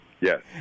Yes